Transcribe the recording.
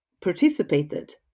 participated